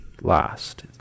last